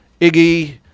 Iggy